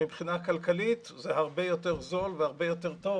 מבחינה כלכלית זה הרבה יותר זול והרבה יותר טוב